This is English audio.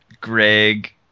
Greg